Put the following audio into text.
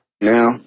now